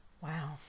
Wow